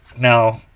Now